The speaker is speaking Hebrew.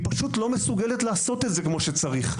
פשוט לא מסוגלת לעשות את זה כמו שצריך.